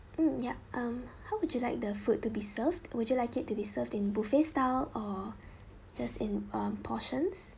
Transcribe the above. mm yup um how would you like the food to be served would you like it to be served in buffet style or just in um portions